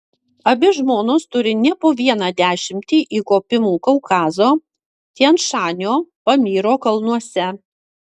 abi žmonos turi ne po vieną dešimtį įkopimų kaukazo tian šanio pamyro kalnuose